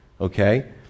Okay